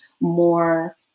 more